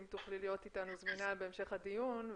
אם תוכלי להיות איתנו זמינה בהמשך הדיון,